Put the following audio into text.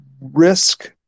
risk